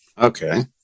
Okay